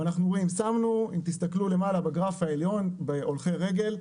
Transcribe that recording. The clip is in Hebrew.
אם תסתכלו למעלה בגרף העליון בהולכי רגל,